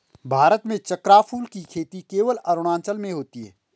भारत में चक्रफूल की खेती केवल अरुणाचल में होती है